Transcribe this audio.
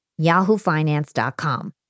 yahoofinance.com